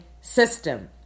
system